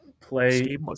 play